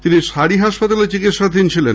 তিনি সারি হাসপাতালে চিকিৎসাধীন ছিলেন